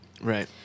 Right